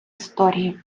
історії